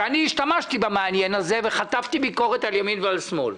שאני השתמשתי בו וחטפתי ביקורת על ימין ועל שמאל.